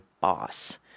boss